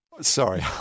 Sorry